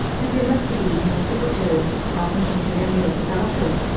and sir muscovy and miss crippletoes often came to their meals without her.